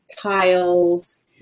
tiles